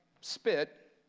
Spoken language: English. spit